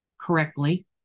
correctly